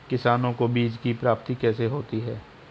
किसानों को बीज की प्राप्ति कैसे होती है?